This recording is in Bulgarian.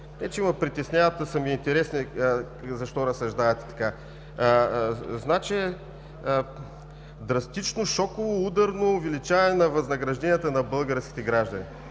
не че ме притесняват, а ми е интересно защо разсъждавате така. Драстично, шоково, ударно увеличаване на възнагражденията на българските граждани.